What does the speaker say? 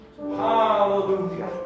Hallelujah